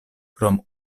krom